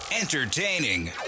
Entertaining